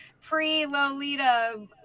pre-Lolita